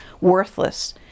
worthless